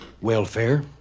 Welfare